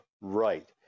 right